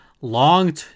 long